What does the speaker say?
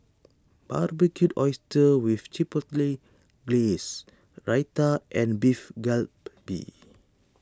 Barbecued Oysters with Chipotle Glaze Raita and Beef Galbi